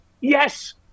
Yes